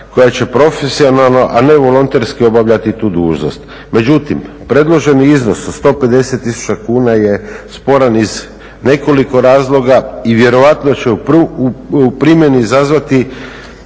koja će profesionalno, a ne volonterski obavljati tu dužnost. Međutim, predloženi iznos od 150 tisuća kuna je sporan iz nekoliko razloga i vjerojatno će u primjeni izazvati